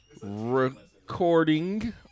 Recording